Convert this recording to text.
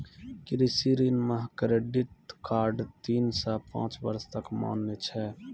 कृषि ऋण मह क्रेडित कार्ड तीन सह पाँच बर्ष तक मान्य छै